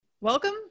Welcome